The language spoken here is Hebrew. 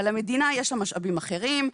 אבל למדינה יש משאבים אחרים,